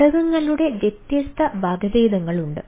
ഘടകങ്ങളുടെ വ്യത്യസ്ത വകഭേദങ്ങളുണ്ട്